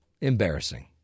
embarrassing